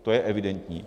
To je evidentní.